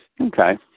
Okay